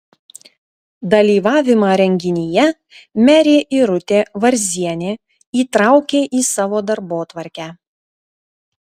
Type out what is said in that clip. dalyvavimą renginyje merė irutė varzienė įtraukė į savo darbotvarkę